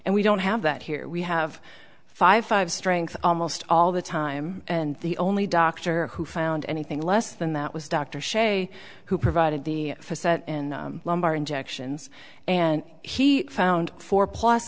and we don't have that here we have five five strength almost all the time and the only doctor who found anything less than that was dr shea who provided the for set in lumbar injections and he found four plus